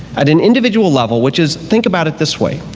at an individual level, which is think about it this way,